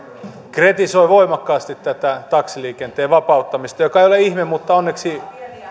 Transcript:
kritisoi voimakkaasti tätä taksiliikenteen vapauttamista mikä ei ole ihme mutta onneksi